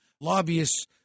lobbyists